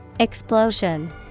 Explosion